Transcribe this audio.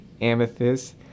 amethyst